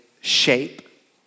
shape